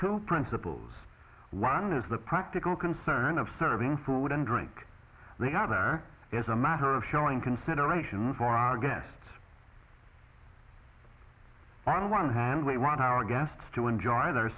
two principles one is the practical concern of serving food and drink they are there is a matter of showing consideration for our guests on one hand we want our guests to enjoy their